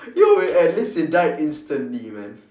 ya man at least it died instantly man